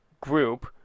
group